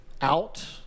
out